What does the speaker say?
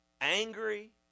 angry